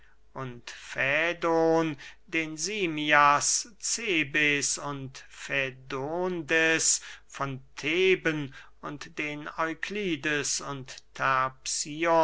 und fädon den simmias cebes und fädondes von theben und den euklides und